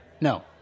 No